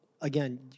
Again